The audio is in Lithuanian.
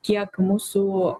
kiek mūsų